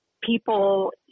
people